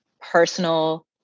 personal